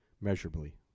measurably